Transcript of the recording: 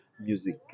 music